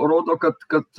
rodo kad kad